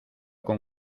con